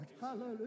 Hallelujah